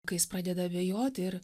kai jis pradeda abejoti ir